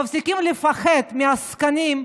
שהם מפסיקים לפחד מהעסקנים,